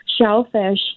shellfish